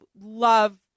love